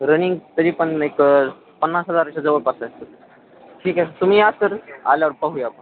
running तरी पण एक पन्नास हजारच्या जवळपास आहे ठीक आहे तुम्ही या सर आल्यावर पाहूया आपण